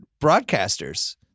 broadcasters